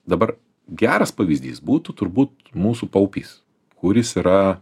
dabar geras pavyzdys būtų turbūt mūsų paupys kuris yra